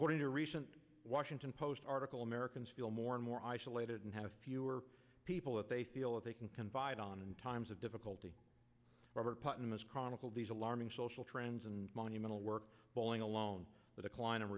according to recent washington post article americans feel more and more isolated and have fewer people that they feel they can confide on in times of difficulty robert putnam has chronicled these alarming social trends and monumental work bowling alone